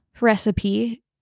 recipe